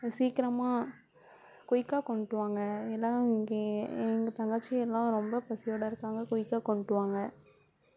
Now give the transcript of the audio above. சீக்கிரமாக குயிக்காக கொண்டுட்டு வாங்க எல்லாம் இங்கே எங்க தங்கச்சியெல்லாம் ரொம்ப பசியோட இருக்காங்க குயிக்காக கொண்டுட்டு வாங்க